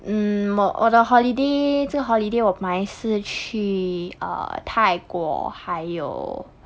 mm 我我的 holiday 这个 holiday 我本来是去 uh 泰国还有